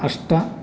अष्ट